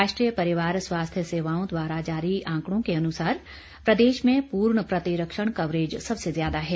राष्ट्रीय परिवार स्वास्थ्य सेवाओं द्वारा जारी आंकड़ों के अनुसार प्रदेश में पूर्ण प्रतिरक्षण कवरेज सबसे ज्यादा है